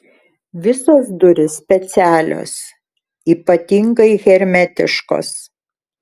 visos durys specialios ypatingai hermetiškos